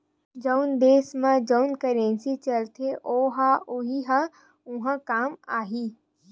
जउन देस म जउन करेंसी चलथे ओ ह उहीं ह उहाँ काम आही